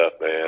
man